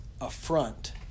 affront